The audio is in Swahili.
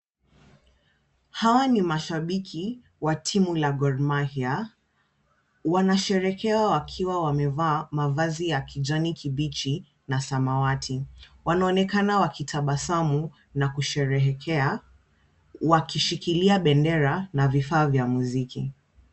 Hawa ni mashabiki wa timu la Gor Mahia. Wanasherehekea wakiwa wamevaa mavazi ya kijani kibichi na samawati. Wanaonekana wakitabasamu na kusherehekea wakishikilia bendera na vifaa vya muziki.